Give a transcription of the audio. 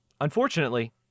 Unfortunately